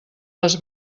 les